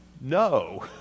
No